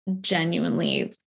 genuinely